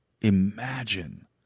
Imagine